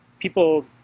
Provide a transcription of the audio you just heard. People